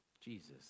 Jesus